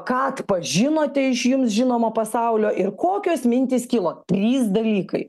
ką atpažinote iš jums žinomo pasaulio ir kokios mintys kilo trys dalykai